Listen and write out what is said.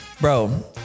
Bro